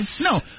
No